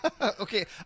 Okay